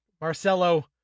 Marcelo